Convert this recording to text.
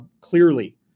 clearly